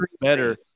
better